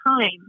time